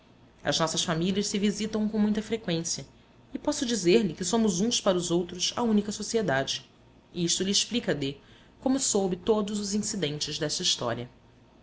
as nossas famílias se visitam com muita freqüência e posso dizer-lhe que somos uns para os outros a única sociedade isto lhe explica d como soube todos os incidentes desta história